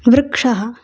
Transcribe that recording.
वृक्षः